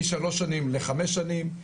משלוש שנים לחמש שנים,